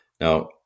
Now